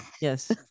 Yes